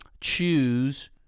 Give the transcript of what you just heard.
choose